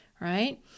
Right